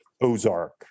Ozark